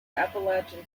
appalachian